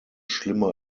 schlimmer